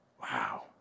Wow